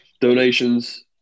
donations